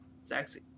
Sexy